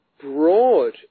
broad